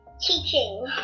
teaching